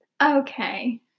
Okay